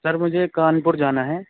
سر مجھے کانپور جانا ہیں